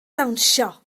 dawnsio